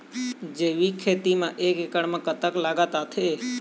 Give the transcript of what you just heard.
जैविक खेती म एक एकड़ म कतक लागत आथे?